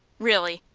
really!